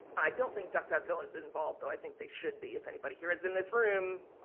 i don't think duckduckgo is involved though, i think they should be. if anybody here is in this room,